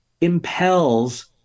impels